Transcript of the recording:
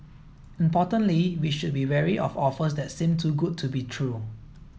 importantly we should be wary of offers that seem too good to be true